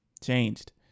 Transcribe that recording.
Changed